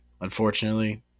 unfortunately